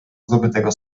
zdobytego